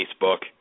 Facebook